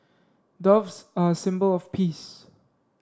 doves are symbol of peace